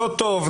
לא טוב,